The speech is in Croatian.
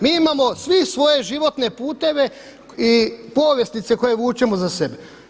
Mi imamo svi svoje životne puteve i povjestice koje vučemo za sebe.